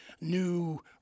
new